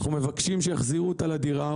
אנחנו מבקשים שיחזירו אותה לדירה,